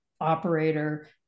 operator